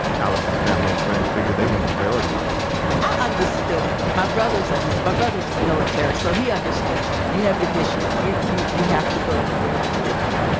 alice's family and friends figured they weren't a priority yet i understood it. my brother's and so my brother's military, so he understood it. you have your mission. you you have to go where they send you.